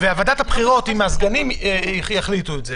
נכון, וועדת הבחירות עם הסגנים יחליטו על כך.